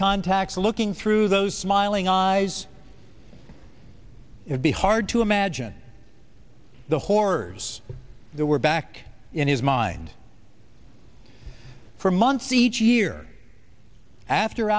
contacts looking through those smiling eyes it would be hard to imagine the horrors that were back in his mind for months each year after